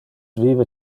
vive